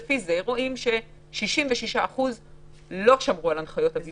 לפי זה רואים ש-66% לא שמרו על הנחיות הבידוד